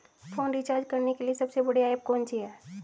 Phone recharge करने के लिए सबसे बढ़िया ऐप कौन सी है?